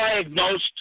diagnosed